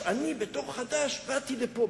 אני בתור חדש באתי לפה,